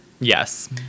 Yes